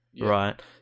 right